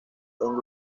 con